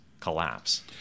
collapse